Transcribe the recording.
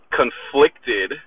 conflicted